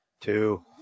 Two